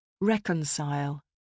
Reconcile